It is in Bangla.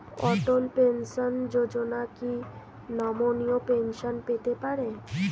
অটল পেনশন যোজনা কি নমনীয় পেনশন পেতে পারে?